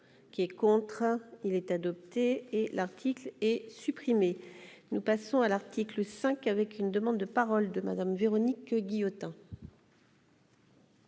Merci,